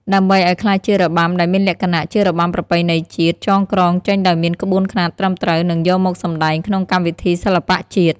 ដើម្បីឱ្យក្លាយជារបាំដែលមានលក្ខណៈជារបាំប្រពៃណីជាតិ ចងក្រងចេញដោយមានក្បួនខ្នាតត្រឹមត្រូវ និងយកមកសម្ដែងក្នុងកម្មវិធីសិល្បៈជាតិ។